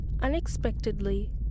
Unexpectedly